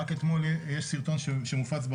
רק אתמול הופץ סרטון ברשתות